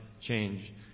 change